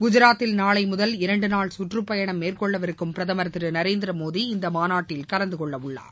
குஜராத்தில் நாளை முதல் இரண்டுநாள் கற்றுப்பயணம் மேற்கொள்ளவிருக்கும் பிரதமர் திரு நரேந்திரமோடி இம்மாநாட்டில் கலந்துகொள்ளவுள்ளார்